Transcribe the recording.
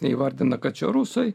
neįvardina kad čia rusai